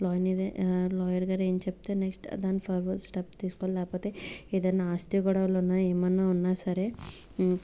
లా అనేది లాయర్ గారు ఏం చెప్తే నెక్స్ట్ దాన్ని ఫార్వర్డ్ స్టెప్ తీసుకోవాలి లేకపోతే ఏదైనా ఆస్తి గొడవలు ఉన్న ఏమన్నా ఉన్నా సరే